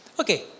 Okay